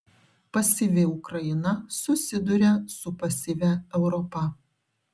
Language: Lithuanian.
pasyvi ukraina susiduria su pasyvia europa